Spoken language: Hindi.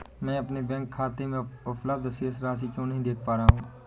मैं अपने बैंक खाते में उपलब्ध शेष राशि क्यो नहीं देख पा रहा हूँ?